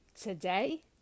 today